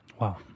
Wow